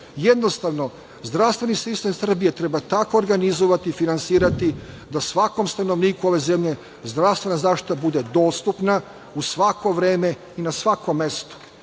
Jednostavno, zdravstveni sistem Srbije treba tako organizovati i finansirati da svakom stanovniku ove zemlje zdravstvena zaštita bude dostupna u svako vreme i na svakom